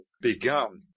begun